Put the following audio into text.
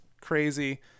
crazy